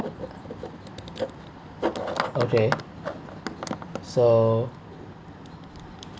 okay so